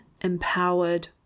empowered